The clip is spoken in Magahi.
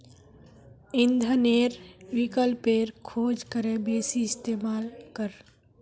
इंधनेर विकल्पेर खोज करे बेसी इस्तेमाल कर